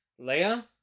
Leia